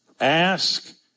ask